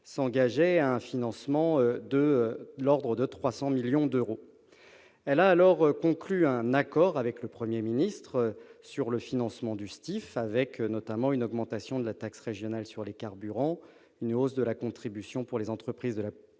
s'engageait sur un financement de l'ordre de 300 millions d'euros. Elle a alors conclu avec le Premier ministre un accord sur le financement du STIF, prévoyant notamment une augmentation de la taxe régionale sur les carburants, une hausse de la contribution pour les entreprises de la